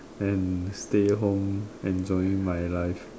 and stay home enjoying my life